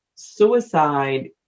Suicide